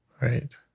right